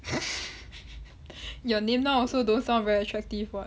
your name now also those don't sound very attractive [what]